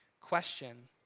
question